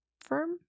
firm